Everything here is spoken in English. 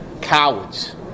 Cowards